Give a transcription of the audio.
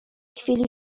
chwili